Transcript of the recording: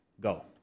Go